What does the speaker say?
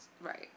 Right